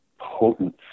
potent